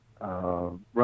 run